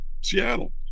Seattle